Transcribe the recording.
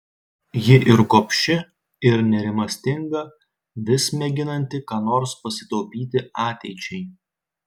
ji ir gobši ir nerimastinga vis mėginanti ką nors pasitaupyti ateičiai